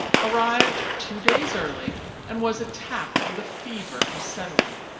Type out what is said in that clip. arrived two days early and was attacked with a fever for settling.